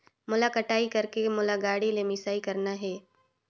मोला कटाई करेके मोला गाड़ी ले मिसाई करना हे?